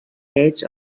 gates